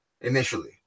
initially